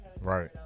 Right